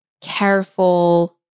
careful